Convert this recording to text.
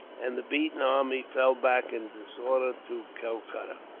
and the beaten army fell back, in disorder, to calcutta.